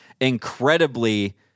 incredibly